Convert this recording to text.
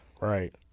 Right